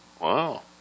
Wow